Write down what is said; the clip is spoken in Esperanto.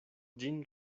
ĝin